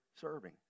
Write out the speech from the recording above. serving